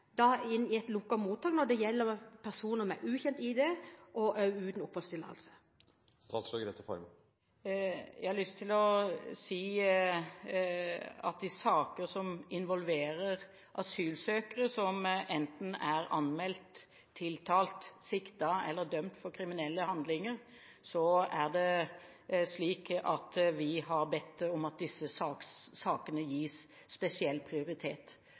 i lovverket – når det gjelder personer med ukjent ID og også uten oppholdstillatelse, få dem inn i lukket mottak? I saker som involverer asylsøkere som enten er anmeldt, tiltalt, siktet eller dømt for kriminelle handlinger, har vi bedt om at disse sakene gis spesiell prioritet